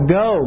go